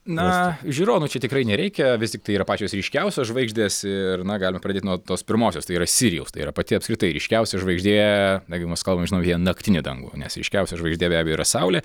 na žiūronų čia tikrai nereikia vis tiktai yra pačios ryškiausios žvaigždės ir na galima pradėt nuo tos pirmosios tai yra sirijaus tai yra pati apskritai ryškiausia žvaigždė jeigu mes kalbam nežinau vien naktinį dangų nes ryškiausia žvaigždė be abejo yra saulė